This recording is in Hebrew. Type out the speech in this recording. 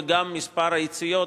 וגם את מספר היציאות,